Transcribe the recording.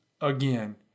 again